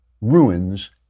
ruins